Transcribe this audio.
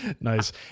Nice